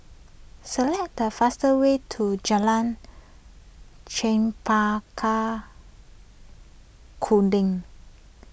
select the fastest way to Jalan Chempaka Kuning